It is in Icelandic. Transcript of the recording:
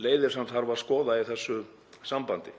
leiðir sem þarf að skoða í þessu sambandi.